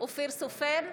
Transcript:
אופיר סופר,